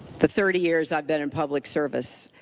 the thirty years i've been in public service.